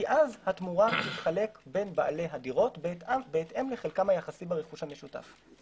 כי אז התמורה תתחלק בין בעלי הדירות בהתאם לחלקם היחסי ברכוש המשותף.